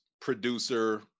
producer